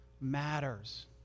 matters